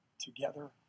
together